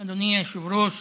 אדוני היושב-ראש,